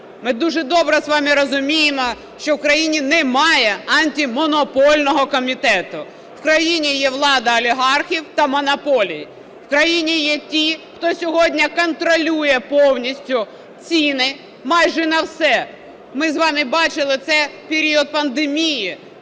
Ми дуже добре з вами розуміємо, що в країні немає Антимонопольного комітету. В країн є влада олігархів та монополій, в країні є ті, хто сьогодні контролює повністю ціни майже на все. Ми з вами бачили це в період пандемії,